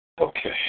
Okay